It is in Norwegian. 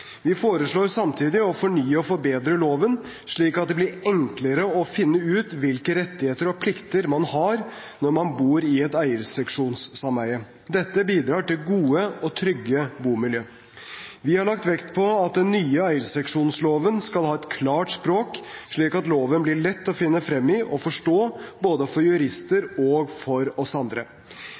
Vi foreslår samtidig å fornye og forbedre loven, slik at det blir enklere å finne ut hvilke rettigheter og plikter man har når man bor i et eierseksjonssameie. Dette bidrar til gode og trygge bomiljøer. Vi har lagt vekt på at den nye eierseksjonsloven skal ha et klart språk, slik at loven blir lett å finne frem i og forstå, både for jurister og for oss andre.